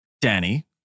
Danny